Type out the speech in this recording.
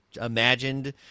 imagined